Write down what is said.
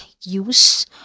use